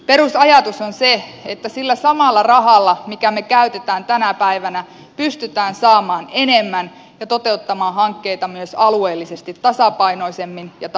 perusajatus on se että sillä samalla rahalla minkä me käytämme tänä päivänä pystytään saamaan enemmän ja toteuttamaan hankkeita myös alueellisesti tasapainoisemmin ja tasapuolisemmin